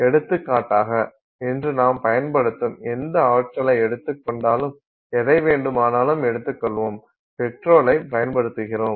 எடுத்துக்காட்டாக இன்று நாம் பயன்படுத்தும் எந்த ஆற்றலை எடுத்துக்கொண்டாலும் எதை வேண்டுமானாலும் எடுத்துக் கொள்வோம் பெட்ரோலைப் பயன்படுத்துகிறோம்